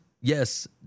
Yes